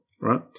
right